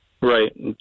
Right